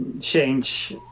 change